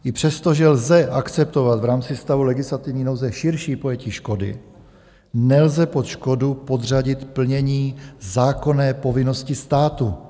I přesto, že lze akceptovat v rámci stavu legislativní nouze širší pojetí škody, nelze pod škodu podřadit plnění zákonné povinnosti státu.